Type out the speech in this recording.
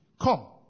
Come